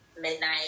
midnight